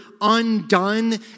undone